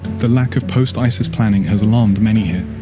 the lack of post-isis plannin has alarmed many here.